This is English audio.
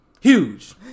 huge